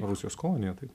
rusijos kolonija taip